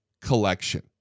collection